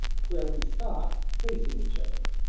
where we stopped, facing each other.